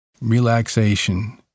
relaxation